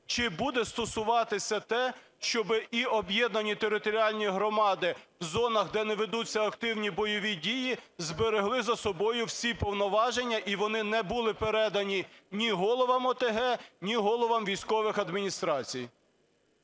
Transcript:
Чи буде стосуватися те, щоби і об'єднані територіальні громади в зонах, де не ведуться активні бойові дії, зберегли за собою всі повноваження і вони не були передані ні головам ОТГ, ні головам військових адміністрацій.